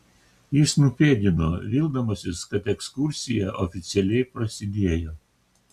jis nupėdino vildamasis kad ekskursija oficialiai prasidėjo